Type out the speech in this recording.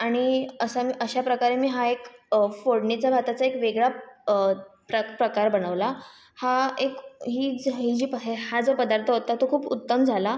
आणि असा मी अशा अशा प्रकारे मी हा एक फोडणीच्या भाताचा मी एक वेगळा प्रक प्रकार बनवला हा एक ही हीज हीजी हीज ही हा जो पदार्त होता तो खूप उत्तम झाला